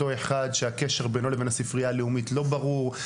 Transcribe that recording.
אותו אחד שהקשר בינו ובין הספרייה הלאומית לא ברור,